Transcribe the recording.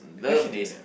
love durian